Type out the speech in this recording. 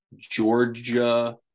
Georgia